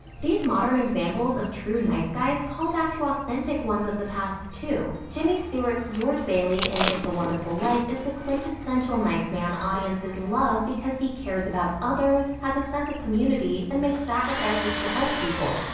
these modern examples of true nice guys call back to authentic ones of the past, too. jimmy stewart's george bailey in it's a wonderful life is the quintessential nice man audiences love because he cares about others, has a sense of community, and makes sacrifices to help people.